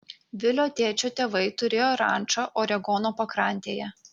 vilio tėčio tėvai turėjo rančą oregono pakrantėje